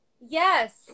Yes